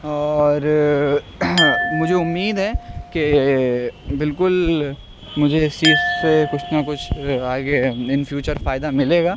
اور مجھے امید ہے کہ بالکل مجھے اس چیز سے کچھ نا کچھ آگے ان فیوچر فائدہ ملے گا